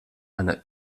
eine